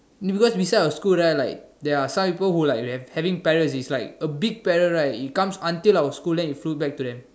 mean because inside our school there are like there are some people who like who have having parrots is like a big parrots right it comes until our school then it flew back to them